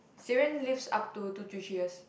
serum lives up to two to three years